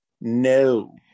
no